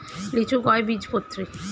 লিচু কয় বীজপত্রী?